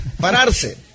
pararse